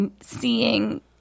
seeing